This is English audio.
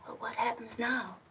what happens now?